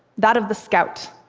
that of the scout.